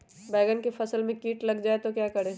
बैंगन की फसल में कीट लग जाए तो क्या करें?